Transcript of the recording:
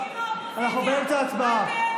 --- עם האופוזיציה --- אנחנו באמצע הצבעה.